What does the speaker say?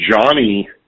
Johnny